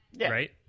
right